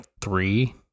three